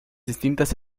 distintas